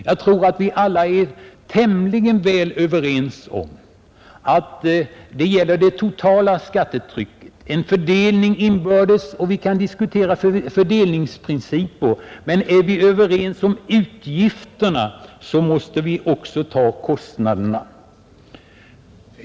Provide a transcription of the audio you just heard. Jag tror att vi alla är tämligen överens om att det gäller det totala skattetrycket — det är en fördelning inbördes och vi kan diskutera fördelningsprinciper, men är vi överens om utgifterna måste vi också ta kostnaderna.